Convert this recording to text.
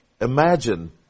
imagine